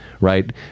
right